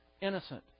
innocent